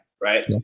right